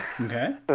Okay